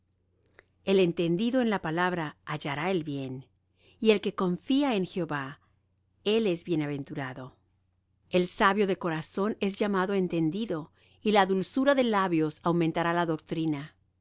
el entendido en la palabra hallará el bien y el que confía en jehová él es bienaventurado el sabio de corazón es llamado entendido y la dulzura de labios aumentará la doctrina